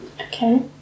Okay